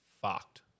fucked